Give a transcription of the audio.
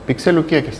pikselių kiekis